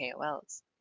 KOLs